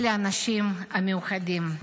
אלה האנשים המיוחדים.